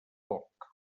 poc